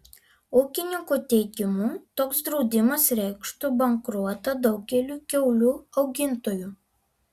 ūkininkų teigimu toks draudimas reikštų bankrotą daugeliui kiaulių augintojų